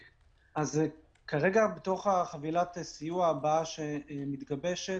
כרגע, בתוך חבילת הסיוע הבאה שמתגבשת